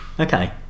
okay